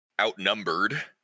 outnumbered